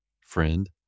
friend